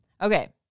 Okay